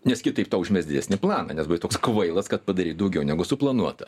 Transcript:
nes kitaip tau užmes didesnį planą nes buvai toks kvailas kad padarei daugiau negu suplanuota